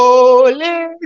Holy